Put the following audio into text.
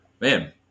Man